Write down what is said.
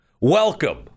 Welcome